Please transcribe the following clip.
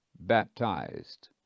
baptized